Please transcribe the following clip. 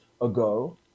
ago